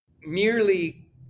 Merely